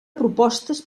propostes